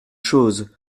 chose